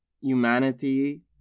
humanity